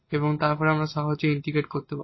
এবং তারপর আমরা সহজেই ইন্টিগ্রেট করতে পারি